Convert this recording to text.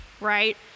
right